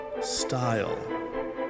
Style